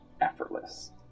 effortless